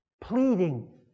pleading